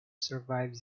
survived